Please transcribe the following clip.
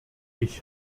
ich